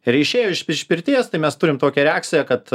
ir išėjo iš iš pirties tai mes turim tokią reakciją kad